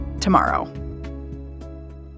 tomorrow